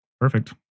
perfect